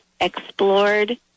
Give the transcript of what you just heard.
explored